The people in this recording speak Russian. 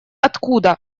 откуда